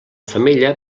femella